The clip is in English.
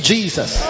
Jesus